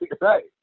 Right